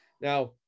Now